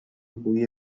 بوی